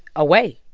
away.